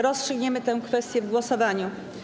Rozstrzygniemy tę kwestię w głosowaniu.